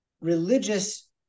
Religious